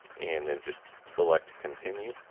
and then just select continue.